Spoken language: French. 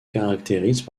caractérise